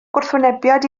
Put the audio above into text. gwrthwynebiad